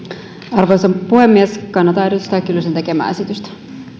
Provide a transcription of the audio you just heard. arvoisa puhemies kannatan edustaja kiljusen tekemää esitystä